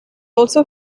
also